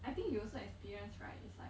I think you also experience right it's like